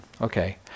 Okay